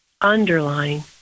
underlying